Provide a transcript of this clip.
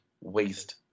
waste